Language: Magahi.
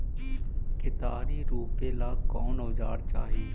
केतारी रोपेला कौन औजर चाही?